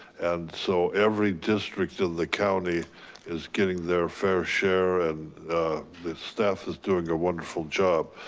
and so every district in the county is getting their fair share and the staff is doing a wonderful job.